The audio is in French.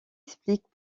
explique